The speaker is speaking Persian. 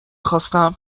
خواستم